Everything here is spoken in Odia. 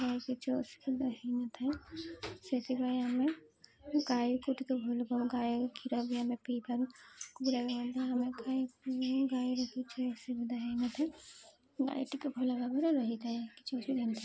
ଗାଈ କିଛି ଅସୁବିଧା ହେଇନଥାଏ ସେଥିପାଇଁ ଆମେ ଗାଈକୁ ଟିକେ ଭଲ ପାଉ ଗାଈ କ୍ଷୀର ବି ଆମେ ପିଇପାରୁ କୁକୁଡ଼ାକୁ ଆମେ ଗାଈକୁ କିଛି ଅସୁବିଧା ହେଇନଥାଏ ଗାଈ ଟିକେ ଭଲ ଭାବରେ ରହିଥାଏ କିଛି ଅସୁବିଧା ହେଇନଥାଏ